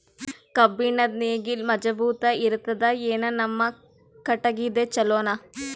ಕಬ್ಬುಣದ್ ನೇಗಿಲ್ ಮಜಬೂತ ಇರತದಾ, ಏನ ನಮ್ಮ ಕಟಗಿದೇ ಚಲೋನಾ?